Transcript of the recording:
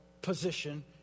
position